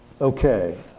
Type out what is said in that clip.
Okay